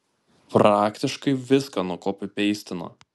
praktiškai viską nukopipeistino